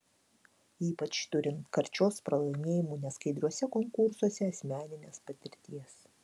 ypač turint karčios pralaimėjimų neskaidriuose konkursuose asmeninės patirties